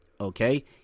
okay